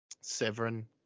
Severin